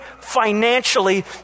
financially